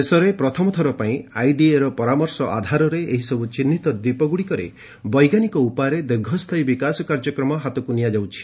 ଦେଶରେ ପ୍ରଥମ ଥର ପାଇଁ ଆଇଡିଏର ପରାମର୍ଶ ଆଧାରରେ ଏହିସବୁ ଚିହ୍ନିତ ଦ୍ୱୀପଗୁଡ଼ିକରେ ବୈଜ୍ଞାନିକ ଉପାୟରେ ଦୀର୍ଘ ସ୍ଥାୟୀ ବିକାଶ କାର୍ଯ୍ୟକ୍ରମ ହାତକୁ ନିଆଯାଉଛି